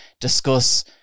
discuss